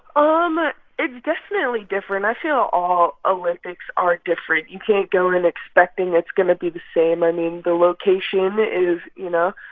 um it's definitely different. i feel all olympics are different. you can't go in expecting it's going to be the same. i mean, the location is, you know,